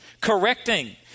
correcting